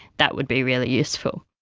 that would be really useful.